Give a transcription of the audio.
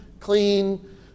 clean